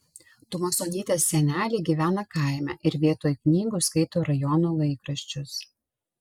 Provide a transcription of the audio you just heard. tumasonytės seneliai gyvena kaime ir vietoj knygų skaito rajono laikraščius